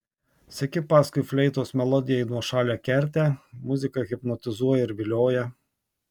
seki paskui fleitos melodiją į nuošalią kertę muzika hipnotizuoja ir vilioja